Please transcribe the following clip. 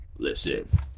Listen